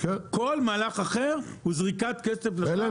כל מהלך אחר הוא זריקת כסף לשווא.